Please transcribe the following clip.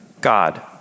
God